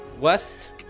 west